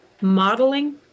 modeling